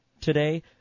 today